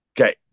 okay